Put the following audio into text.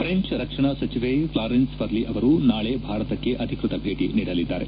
French ರಕ್ಷಣಾ ಸಚಿವೆ Florence Parly ಅವರು ನಾಳೆ ಭಾರತಕ್ಕೆ ಅಧಿಕೃತ ಭೇಟಿ ನೀಡಲಿದ್ದಾರೆ